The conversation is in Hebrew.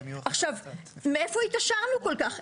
מאיפה התעשרנו כל כך?